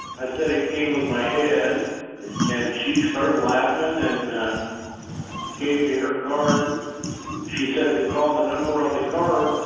i said it came with my head and she started laughing. and. gave me her card and she said to call the number on the card.